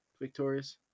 Victorious